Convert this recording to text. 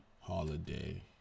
holiday